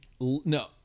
No